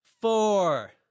four